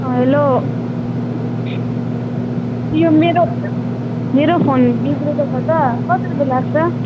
अँ हेल्लो यो मेरो मेरो फोन बिग्रेको छ त कति रुपियाँ लाग्छ